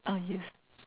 ah yes